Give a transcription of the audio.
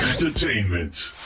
entertainment